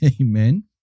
Amen